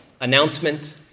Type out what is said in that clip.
announcement